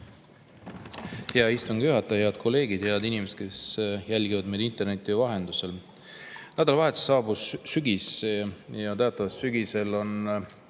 Hea istungi juhataja! Head kolleegid! Head inimesed, kes jälgivad meid interneti vahendusel! Nädalavahetusel saabus sügis ja teatavasti levib